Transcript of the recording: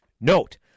Note